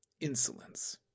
Insolence